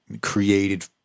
created